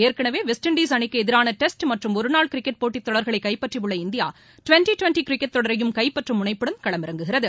ஏற்கெனவே West Indies அணிக்கு எதிரான டெஸ்ட் மற்றும் ஒருநாள் கிரிக்கெட் போட்டித் தொடர்களை கைப்பற்றியுள்ள இந்தியா டுவென்ட்டி டுவென்ட்டி கிரிக்கெட் தொடரையும் கைப்பற்றும் முனைப்புடன் களம் இறங்குகிறது